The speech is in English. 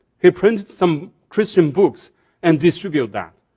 he print some christian books and distribute them.